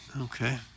Okay